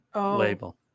label